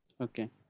okay